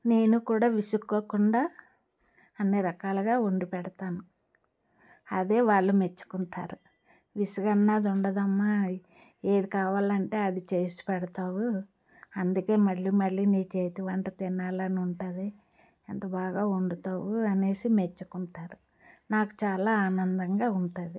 నేను కూడా విసుక్కోకుండా అన్నీ రకాలుగా వండిపెడతాను అదే వాళ్ళు మెచ్చుకుంటారు విసుగన్నది ఉండదమ్మా ఏది కావాలంటే అది చేసిపెడతావు అందుకే మళ్ళీ మళ్ళీ నీ చేతి వంట తినాలని ఉంటాది ఎంత బాగా వండుతావు అనేసి మెచ్చుకుంటారు నాకు చాలా ఆనందంగా ఉంటుంది